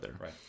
right